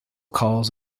calls